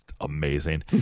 amazing